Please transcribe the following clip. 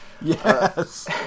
Yes